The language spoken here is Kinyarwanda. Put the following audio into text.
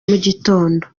mugitondo